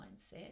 mindset